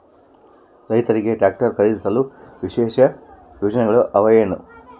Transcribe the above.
ರೈತರಿಗೆ ಟ್ರಾಕ್ಟರ್ ಖರೇದಿಸಲು ವಿಶೇಷ ಯೋಜನೆಗಳು ಅವ ಏನು?